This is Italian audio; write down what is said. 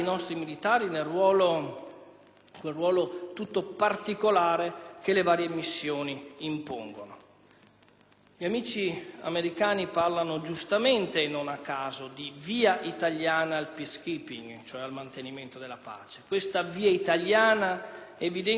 Gli amici americani parlano giustamente, e non a caso, di via italiana al *peace keeping*, ossia al mantenimento della pace. Questa via italiana evidenza un mix di capacità militare e di umana comprensione, quindi una ricerca volta più a ciò che unisce